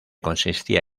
consistía